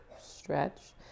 Stretch